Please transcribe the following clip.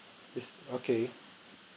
yes okay